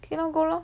okay lor go lor